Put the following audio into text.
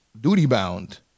duty-bound